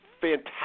fantastic